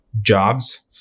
jobs